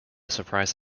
surprise